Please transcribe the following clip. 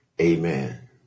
Amen